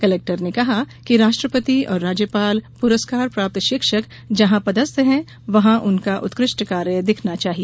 collector ने कहा कि राष्ट्रपति और राज्यपाल पुरस्कार प्राप्त शिक्षक जहां पदस्थ हैं वहां उनका उत्कृष्ट कार्य दिखना चाहिए